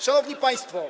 Szanowni Państwo!